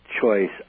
Choice